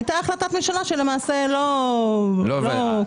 הייתה החלטת ממשלה שלמעשה לא --- לא הבנתי.